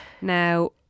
Now